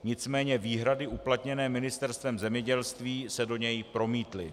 Nicméně výhrady uplatněné Ministerstvem zemědělství se do něj promítly.